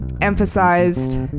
emphasized